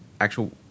actual